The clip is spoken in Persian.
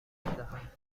بدهم